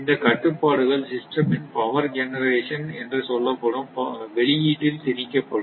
அந்த கட்டுப்பாடுகள் சிஸ்டம் ன் பவர் ஜெனெரேஷன் என்று சொல்லப்படும் வெளியீட்டில் திணிக்கப்படும்